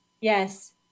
Yes